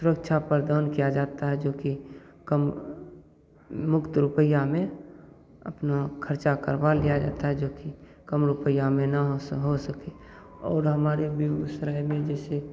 सुरक्षा प्रदान किया जाता है जोकि कम मुक्त रुपईया में अपना खर्चा करवा लिया जाता है जोकि कम रुपईया में ना हो हो सके और हमारे बेगूसराय में जैसे